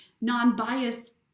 non-biased